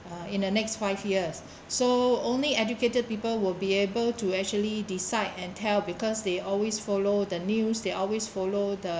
uh in the next five years so only educated people will be able to actually decide and tell because they always follow the news they always follow the